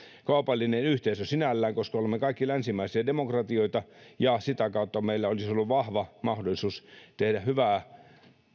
kaupallinen yhteisö sinällään koska olemme kaikki länsimaisia demokratioita ja sitä kautta meillä olisi ollut vahva mahdollisuus tehdä hyvää